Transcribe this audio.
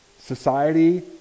society